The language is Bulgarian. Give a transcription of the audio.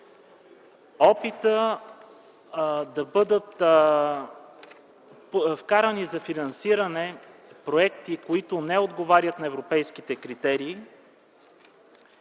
Опитът да бъдат вкарани за финансиране проекти, които не отговарят на европейските критерии,